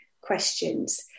questions